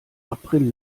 april